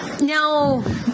No